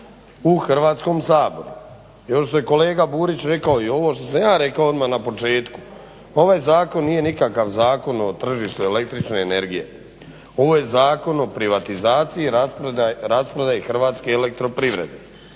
u Hrvatskom saboru. I ono što je kolega Burić rekao i ovo što sam ja rekao odmah na početku. Ovaj zakon nije nikakav Zakon o tržištu električne energije. Ovo je Zakon o privatizaciji i rasprodaji Hrvatske elektroprivrede